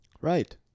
Right